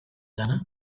lana